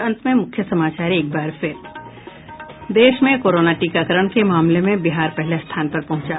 और अब अंत में मुख्य समाचार देश में कोरोना टीकाकरण के मामले में बिहार पहले स्थान पर पहुंचा